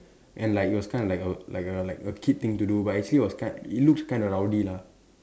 and like it was kind of like a like a like a kid thing to do but actually it was ki it looks kind of rowdy lah